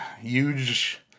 huge